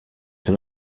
can